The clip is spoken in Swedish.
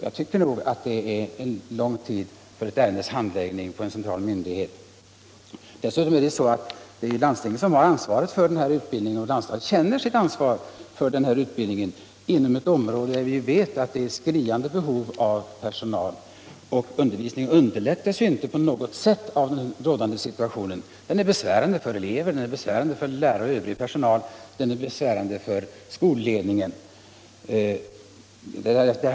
Jag tycker att det är en lång tid för ett ärendes handläggning på en central myndighet. Dessutom har landstinget ansvaret för denna utbildning, och landstinget känner sitt ansvar för utbildningen inom ett område där vi vet att det är ett skriande behov av personal. Undervisningen underlättas ju inte på något sätt av den rådande situationen. Den är besvärande för eleverna, för lärarna och för övrig personal. Den är besvärande för skolledningen.